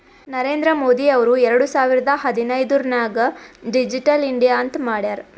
ನರೇಂದ್ರ ಮೋದಿ ಅವ್ರು ಎರಡು ಸಾವಿರದ ಹದಿನೈದುರ್ನಾಗ್ ಡಿಜಿಟಲ್ ಇಂಡಿಯಾ ಅಂತ್ ಮಾಡ್ಯಾರ್